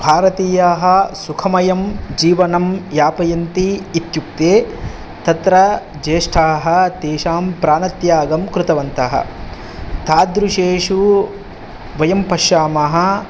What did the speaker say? भारतीयाः सुखमयं जीवनं यापयन्ति इत्युक्ते तत्र ज्येष्ठाः तेषां प्राणत्यागं कृतवन्तः तादृशेषु वयं पश्यामः